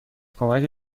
کمک